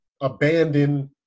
abandon